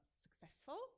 Successful